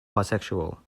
bisexual